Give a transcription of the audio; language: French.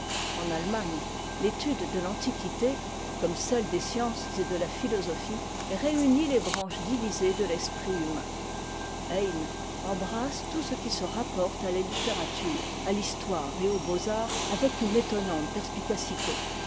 en allemagne l'étude de l'antiquité comme celle des sciences et de la philosophie réunit les branches divisées de l'esprit humain heyne embrasse tout ce qui se rapporte à la littérature à l'histoire et aux beaux-arts avec une étonnante perspicacité